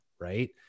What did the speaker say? right